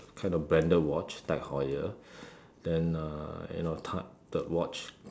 kind of branded watch Tag-Heuser then uh you know time the watch